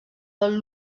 del